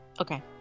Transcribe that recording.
Okay